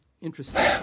Interesting